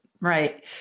Right